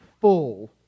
full